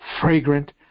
fragrant